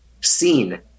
seen